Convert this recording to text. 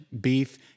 beef